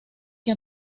que